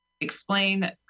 explain